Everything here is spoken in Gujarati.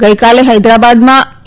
ગઈકાલે હૈદરાબાદમાં ઇ